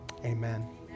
Amen